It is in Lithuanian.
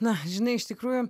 na žinai iš tikrųjų